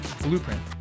blueprint